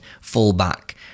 fullback